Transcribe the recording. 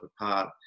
apart